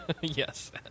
Yes